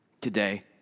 Today